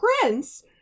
prince